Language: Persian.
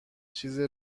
چیز